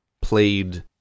played